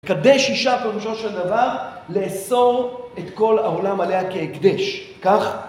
לקדש אישה, פירושו של דבר, לאסור את כל העולם עליה כהקדש. כך